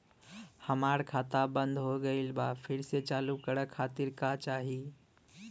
हमार खाता बंद हो गइल बा फिर से चालू करा खातिर का चाही?